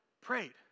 prayed